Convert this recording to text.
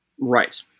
Right